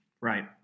right